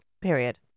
period